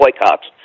boycotts